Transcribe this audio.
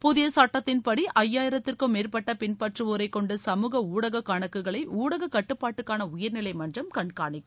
புதிய சுட்டத்தின்படி ஐயாயிரத்திற்கும் மேற்பட்ட பின்பற்றுவோரைக்கொண்ட சமூக கணக்குகளை ஊடக கட்டுப்பாட்டுக்கான உயர்நிலை மன்றம் கணகாணிக்கும்